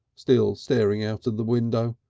still staring out of the window.